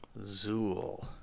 Zool